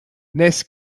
ness